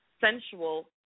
sensual